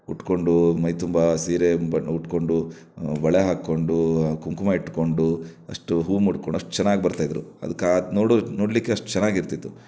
ಉಟ್ಟುಕೊಂಡು ಮೈ ತುಂಬ ಸೀರೆ ಉಟ್ಟುಕೊಂಡು ಬಳೆ ಹಾಕಿಕೊಂಡು ಕುಂಕುಮ ಇಟ್ಟುಕೊಂಡು ಅಷ್ಟು ಹೂ ಮುಡ್ಕೊಂಡು ಅಷ್ಟು ಚೆನ್ನಾಗಿ ಬರ್ತಾ ಇದ್ದರು ಅದಕ್ಕೆ ಅದು ನೋಡೋದ್ ನೋಡಲಿಕ್ಕೆ ಅಷ್ಟು ಚೆನ್ನಾಗಿ ಇರ್ತಿತ್ತು